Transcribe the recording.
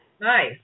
Nice